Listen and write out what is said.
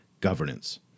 governance